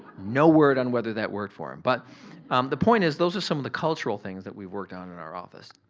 no word on whether that work for him. but the point is those are some of the cultural things that we've worked in our office.